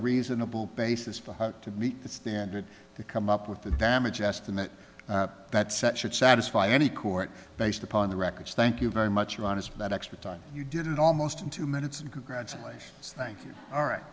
reasonable basis for how to meet the standard to come up with the damage estimate that set should satisfy any court based upon the records thank you very much ron as for that extra time you did it almost in two minutes and congratulations thank you all right